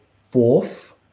fourth